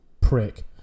prick